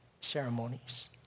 ceremonies